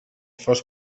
fos